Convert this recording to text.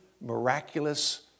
miraculous